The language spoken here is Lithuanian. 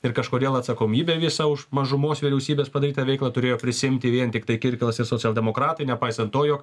ir kažkodėl atsakomybę visą už mažumos vyriausybės padarytą veiklą turėjo prisiimti vien tiktai kirkilas ir socialdemokratai nepaisant to jog